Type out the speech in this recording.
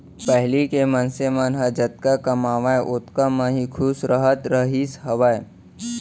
पहिली के मनसे मन ह जतका कमावय ओतका म ही खुस रहत रहिस हावय